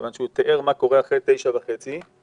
מכיוון שהוא תיאר מה קורה אחרי 9:30 בערב,